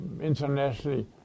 internationally